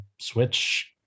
switch